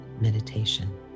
meditation